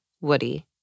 Woody